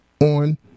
on